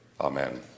Amen